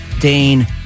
Dane